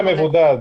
למבודד.